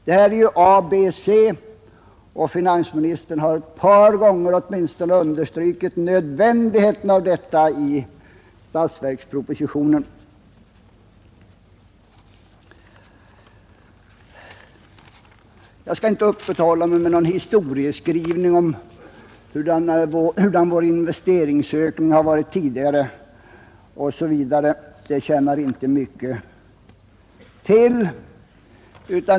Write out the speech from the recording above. Det är ju ABC, och finansministern har i statsverkspropositionen åtminstone ett par gånger betonat nödvändigheten av detta. Jag skall inte uppehålla mig vid någon historieskrivning om hurudan vår investeringsökning har varit tidigare, det tjänar inte mycket till.